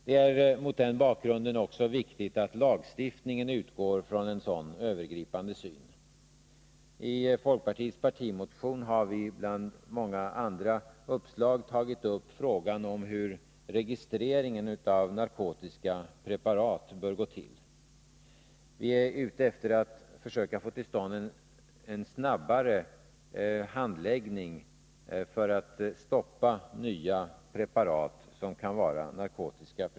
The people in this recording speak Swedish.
Det är mot denna bakgrund också viktigt att lagstiftningen utgår från en sådan övergripande syn. I folkpartiets partimotion har vi bland många andra uppslag tagit upp frågan om hur registreringen av narkotiska preparat bör gå till. Vi är ute efter att försöka få till stånd en snabbare handläggning för att stoppa nya preparat som kan vara narkotiska.